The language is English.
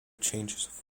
changes